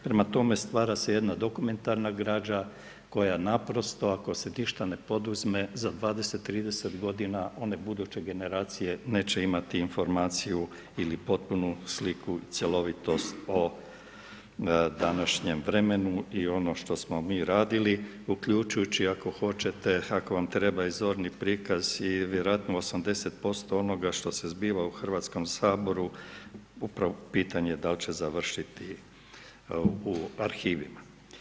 Prema tome, stvara se jedna dokumentarna građa, koja naprosto, ako se ništa ne poduzme za 20, 30 g. one buduće generacije, neće imati informaciju ili potpunu sliku o ovom današnjem vremenu i ono što smo mi radili, uključujući ako hoćete, ako vam treba zorni prikaz i vjerojatno 80% onoga što se zbiva u Hrvatskom saboru, upravo pitanje dal će završiti u arhivi.